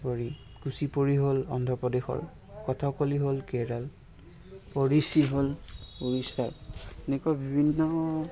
উপৰি কুচ্চিপুৰি হ'ল অন্ধ্ৰপ্ৰদেশৰ কথকলি হ'ল কেৰ'ল ওডিচী উৰিষ্যাৰ এনেকৈ বিভিন্ন